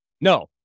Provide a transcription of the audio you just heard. No